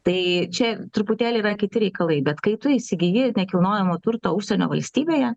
tai čia truputėlį yra kiti reikalai bet kai tu įsigyji nekilnojamo turto užsienio valstybėje